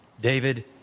David